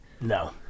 No